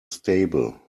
stable